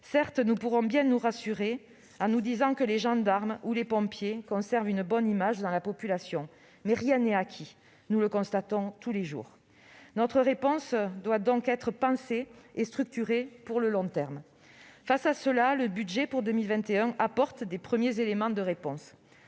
Certes, nous pourrons bien nous rassurer en nous disant que les gendarmes ou les pompiers conservent une bonne image dans la population, mais rien n'est acquis. Nous le constatons tous les jours. Notre réponse doit donc être pensée et structurée pour le long terme. Face à cela, le budget que nous examinons apporte des premiers éléments de réponse.